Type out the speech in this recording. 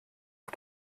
auf